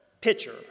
pitcher